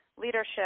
leadership